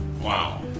Wow